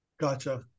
gotcha